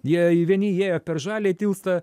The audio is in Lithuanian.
jie vieni ėjo per žaliąjį tiltą